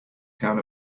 town